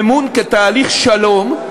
אמון כתהליך שלום,